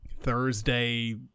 Thursday